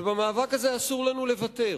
ובמאבק הזה אסור לנו לוותר.